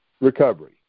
recovery